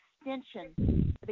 extension